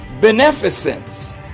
beneficence